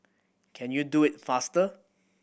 can you do it faster